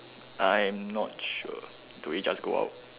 I am not sure do we just go out